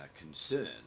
concern